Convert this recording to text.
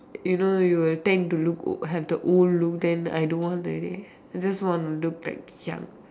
you know you will tend to look have the old look then I don't want already I just want to look like young